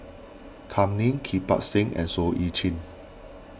Kam Ning Kirpal Singh and Seah Eu Chin